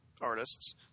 artists